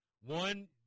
One